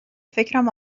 فکرم